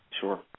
Sure